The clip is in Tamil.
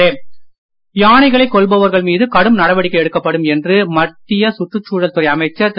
கேரளாவில் யானைகளைக் கொல்பவர்கள் மீது கடும் நடவடிக்கை எடுக்கப்படும் என்று மத்திய சுற்றுச்சூழல் அமைச்சர் திரு